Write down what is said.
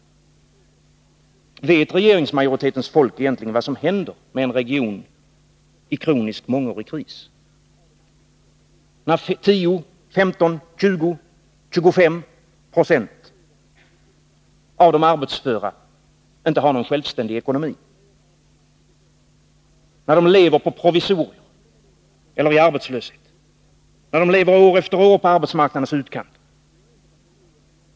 Vet regeringsmajoritetens folk egentligen vad som händer med en region som i många år befunnit sig i en kronisk kris — när 10, 15, 20, 25 90 av de arbetsföra inte har någon självständig ekonomi, när de lever på provisorier eller i arbetslöshet, när de år efter år lever i arbetsmarknadens utkanter?